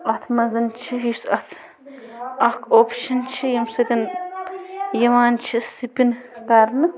اَتھ منٛز چھِ یُس اَتھ اَکھ اوپشَن چھِ ییٚمہِ سۭتۍ یِوان چھِ سِپِن کرنہٕ